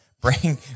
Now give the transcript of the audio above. Bring